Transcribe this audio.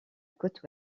côte